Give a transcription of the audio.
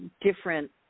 different